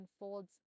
unfolds